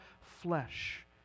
flesh